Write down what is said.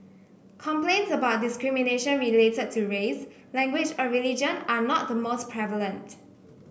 complaints about discrimination related to race language or religion are not the most prevalent